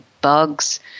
bugs